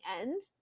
end